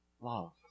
love